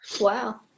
Wow